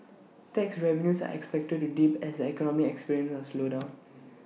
tax revenues are expected to dip as the economy experiences A slowdown